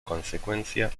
consecuencia